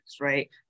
right